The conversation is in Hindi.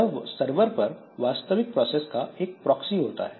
यह सरवर पर वास्तविक प्रोसेस का एक प्रॉक्सी होता है